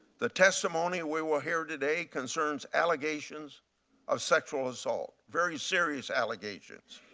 the testimony we will hear today concerns allegations of sexual assault, very serious allegations.